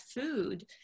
food